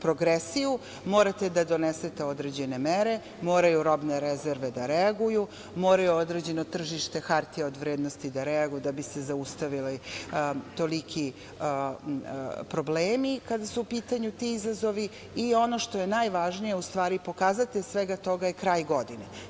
progresiju, morate da donesete određene mere, moraju robne rezerve da reaguju, mora određeno tržište hartija od vrednosti da reaguju da bi se zaustavili toliki problemi kada su u pitanju ti izazovi i, ono što je najvažnije, pokazatelj svega toga je kraj godine.